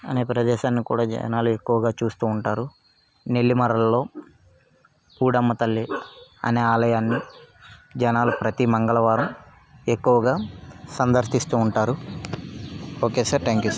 అనే ప్రదేశాన్ని కూడా జనాలు ఎక్కువగా చూస్తూ ఉంటారు నెల్లి మరల్లో పూడమ్మ తల్లి అనే ఆలయాన్ని జనాలు ప్రతీ మంగళవారం ఎక్కువగా సందర్శిస్తూ ఉంటారు ఓకే సార్ థాంక్యూ సార్